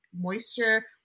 moisture